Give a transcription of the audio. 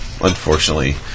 unfortunately